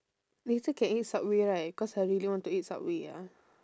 later can eat subway right cause I really want to eat subway ah